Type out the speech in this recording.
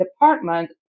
department